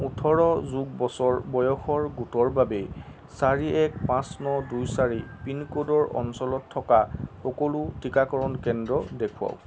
ওঠৰ যোগ বছৰ বয়সৰ গোটৰ বাবে চাৰি এক পাঁচ ন দুই চাৰি পিনক'ডৰ অঞ্চলত থকা সকলো টীকাকৰণ কেন্দ্ৰ দেখুৱাওক